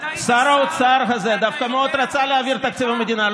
שר האוצר הזה דווקא מאוד רצה להעביר תקציב מדינה.